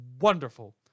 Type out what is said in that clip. wonderful